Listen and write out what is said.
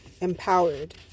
empowered